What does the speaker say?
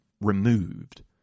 removed